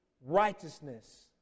righteousness